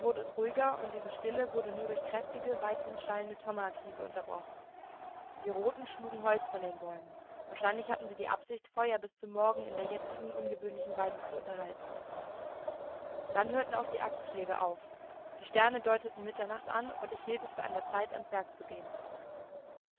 ruhiger und diese stille wurde nur durch kräftige weithin schallende tomahawkhiebe unterbrochen die roten schlugen holz von den bäumen wahrscheinlich hatten sie die absicht feuer bis zum morgen in der jetzigen ungewöhnlichen weise zu unterhalten dann hörten auch die axtschläge auf die sterne deuteten mitternacht an und ich hielt es für an der zeit ans werk zu gehen